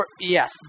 Yes